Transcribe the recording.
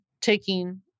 taking